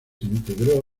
integró